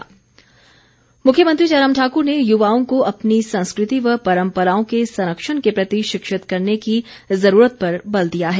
मुख्यमंत्री मुख्यमंत्री जयराम ठाकुर ने युवाओं को अपनी संस्कृति व परम्पराओं के संरक्षण के प्रति शिक्षित करने की ज़रूरत पर बल दिया है